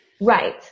Right